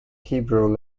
hebrew